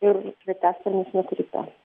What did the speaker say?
ir sraigtasparnis nukrito